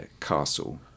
castle